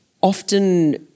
often